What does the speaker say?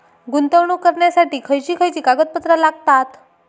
गुंतवणूक करण्यासाठी खयची खयची कागदपत्रा लागतात?